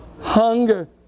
hunger